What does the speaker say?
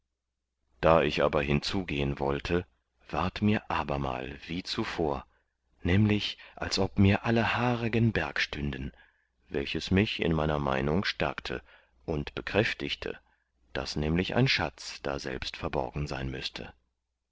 da ich aber hinzugehen wollte ward mir abermal wie zuvor nämlich als ob mir alle haare gen berg stünden welches mich in meiner meinung stärkte und bekräftigte daß nämlich ein schatz daselbst verborgen sein müßte